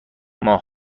ماه